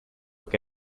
que